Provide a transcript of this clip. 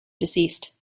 deceased